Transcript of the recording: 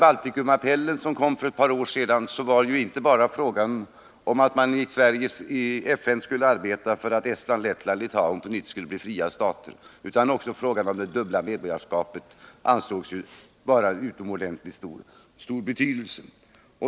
Baltikumappellen, som kom för ett par år sedan, var det inte bara fråga om att man i FN skulle arbeta för att Estland, Lettland och Litauen skulle bli fria stater, utan också frågan om det dubbla medborgarskapet ansågs vara av utomordentligt stor betydelse.